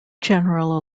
general